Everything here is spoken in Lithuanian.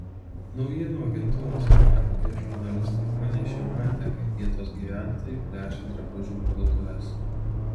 naujienų agentūros afp žurnalistai pranešė matę kaip vietos gyventojai plėšia drabužių parduotuves